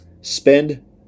spend